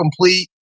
complete